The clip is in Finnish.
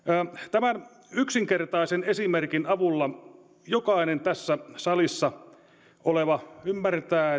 tämän yksinkertaisen esimerkin avulla jokainen tässä salissa oleva ymmärtää